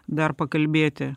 dar pakalbėti